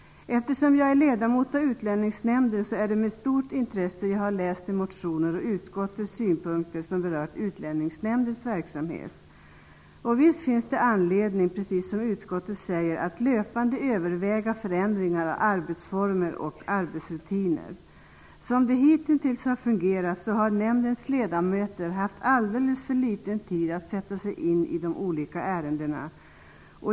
Eftersom jag är ledamot av Utlänningsnämnden har jag med stort intresse läst de motioner och utskottssynpunkter som berört Utlänningsnämndens verksamhet. Visst finns det anledning att, som utskottet framhåller, löpande överväga förändringar av arbetsformer och arbetsrutiner. Som det hitintills har fungerat har nämndens ledamöter haft alldeles för liten tid att sätta sig in i de olika ärendena.